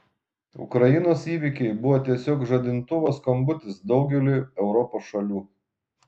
ukrainos įvykiai buvo tiesiog žadintuvo skambutis daugeliui europos šalių